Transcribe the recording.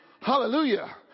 Hallelujah